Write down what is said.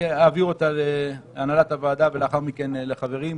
אני אעביר אותה להנהלת הוועדה ולאחר מכן לחברים.